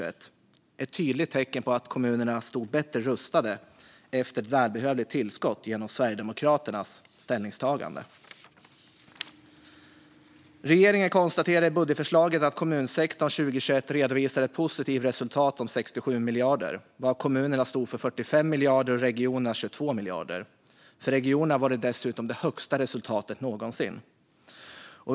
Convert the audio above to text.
Det var ett tydligt tecken på att kommunerna stod bättre rustade efter ett välbehövligt tillskott genom Sverigedemokraternas ställningstagande. Regeringen konstaterar i budgetförslaget att kommunsektorn 2021 redovisade ett positivt resultat om 67 miljarder, varav kommunerna stod för 45 miljarder och regionerna 22 miljarder. För regionerna var det dessutom det högsta resultatet någonsin.